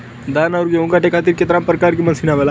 धान और गेहूँ कांटे खातीर कितना प्रकार के मशीन आवेला?